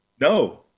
No